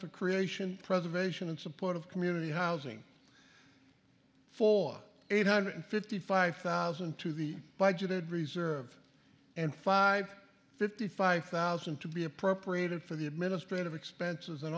for creation preservation and support of community housing for eight hundred fifty five thousand to the budgeted reserve and five fifty five thousand to be appropriated for the administrative expenses and